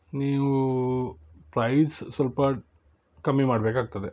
ನೀವು ಪ್ರೈಸ್ ಸ್ವಲ್ಪ ಕಮ್ಮಿ ಮಾಡಬೇಕಾಗ್ತದೆ